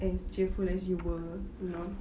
as cheerful as you were you know